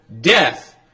Death